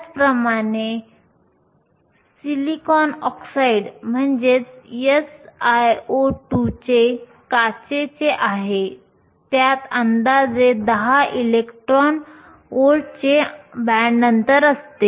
त्याचप्रमाणे SiO2 जे काचेचे आहे त्यामध्ये अंदाजे 10 इलेक्ट्रॉन व्होल्टचे बँड अंतर असते